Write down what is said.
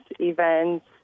events